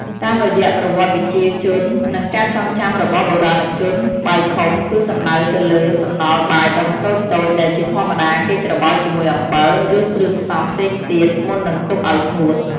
តាមរយៈប្រវត្តិវិជ្ជាជន និងការចងចាំរបស់បុរាណជន បាយខុំ គឺសំដៅទៅលើ សំណល់បាយដុំតូចៗ ដែលជាធម្មតាគេច្របល់ជាមួយអំបិល ឬគ្រឿងផ្សំផ្សេងទៀត មុននឹងទុកឲ្យស្ងួត។